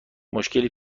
مشکلی